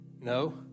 No